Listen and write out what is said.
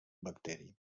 bacteri